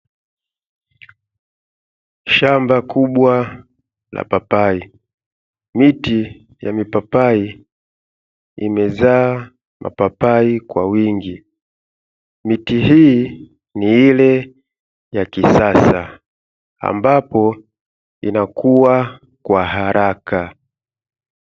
Shamba kubwa la papai, miti ya mipapai imezaa mapapai kwa wingi. Miti hii ni ile ya kisasa ambapo inakua kwa haraka.